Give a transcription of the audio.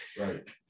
right